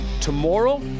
Tomorrow